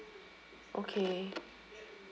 okay